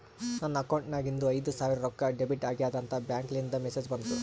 ನನ್ ಅಕೌಂಟ್ ನಾಗಿಂದು ಐಯ್ದ ಸಾವಿರ್ ರೊಕ್ಕಾ ಡೆಬಿಟ್ ಆಗ್ಯಾದ್ ಅಂತ್ ಬ್ಯಾಂಕ್ಲಿಂದ್ ಮೆಸೇಜ್ ಬಂತು